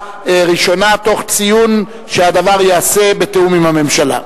בעד, 34, אין מתנגדים, אין נמנעים.